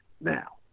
now